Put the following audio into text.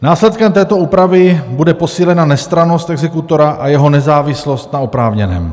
Následkem této úpravy bude posílena nestrannost exekutora a jeho nezávislost na oprávněném.